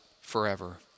forever